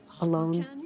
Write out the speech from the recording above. alone